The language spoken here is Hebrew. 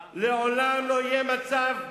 לעולם לא יהיה מצב שיהודה,